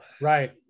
Right